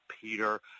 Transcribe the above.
Peter